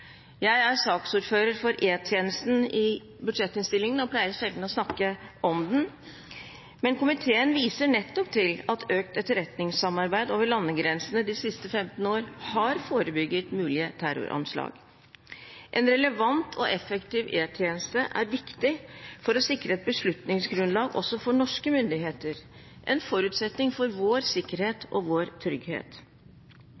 Jeg er saksordfører for E-tjenesten i budsjettinnstillingen og pleier sjelden å snakke om den, men komiteen viser nettopp til at økt etterretningssamarbeid over landegrensene de siste 15 årene har forebygget mulige terroranslag. En relevant og effektiv E-tjeneste er viktig for å sikre et beslutningsgrunnlag også for norske myndigheter – en forutsetning for vår sikkerhet